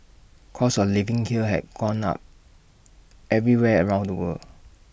costs of living kill have gone up everywhere around the world